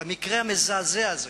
במקרה המזעזע הזה.